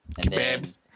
Kebabs